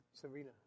Serena